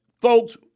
Folks